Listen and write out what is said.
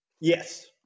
Yes